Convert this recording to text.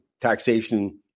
taxation